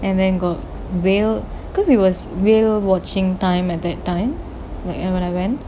and then got whale because it was whale watching time at that time like you know when I went